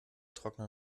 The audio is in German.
trockner